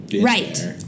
right